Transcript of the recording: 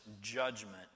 judgment